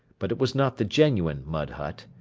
but it was not the genuine mud hut.